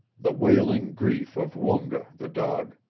the wailing grief of woonga, the dog.